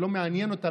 שלא מעניין אותה,